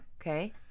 Okay